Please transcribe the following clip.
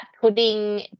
putting